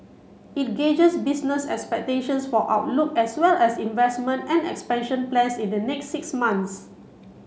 it gauges business expectations for outlook as well as investment and expansion plans in the next six months